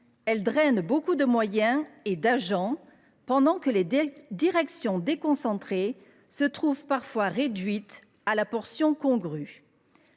Elles drainent d’importants moyens et de nombreux agents, pendant que les directions déconcentrées se trouvent parfois réduites à la portion congrue.